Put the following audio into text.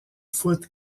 foot